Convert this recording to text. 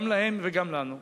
גם להם וגם לנו.